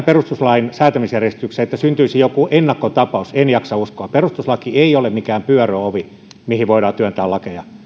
perustuslain säätämisjärjestyksestä syntyisi joku ennakkotapaus en jaksa uskoa perustuslaki ei ole mikään pyöröovi johon voidaan työntää lakeja